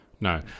No